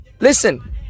Listen